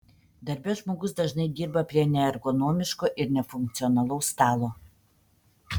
darbe žmogus dažnai dirba prie neergonomiško ir nefunkcionalaus stalo